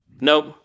nope